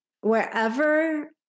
wherever